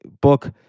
book